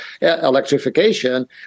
electrification